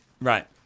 right